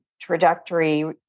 trajectory